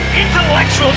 Intellectual